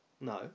No